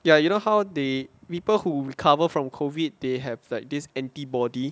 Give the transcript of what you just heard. ya you know how they people who recovered from COVID they have like this antibody